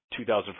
2004